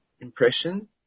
impression